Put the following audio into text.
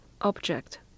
object